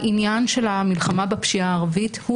העניין של המלחמה בפשיעה הערבית הוא